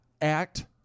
act